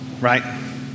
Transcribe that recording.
Right